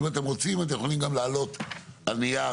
אם אתם רוצים אתם יכולים גם להעלות על נייר